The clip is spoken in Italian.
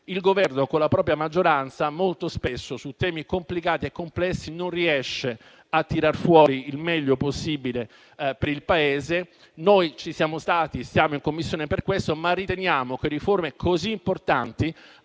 il Governo, con la propria maggioranza, molto spesso, su temi complicati e complessi, non riesce a tirar fuori il meglio possibile per il Paese. Noi ci siamo stati e siamo in Commissione per questo, ma riteniamo che riforme così importanti